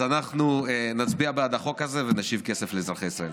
אז אנחנו נצביע בעד החוק הזה ונשיב כסף לאזרחי ישראל.